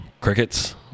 Crickets